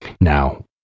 Now